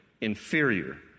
inferior